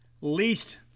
least